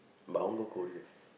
but I want go Korea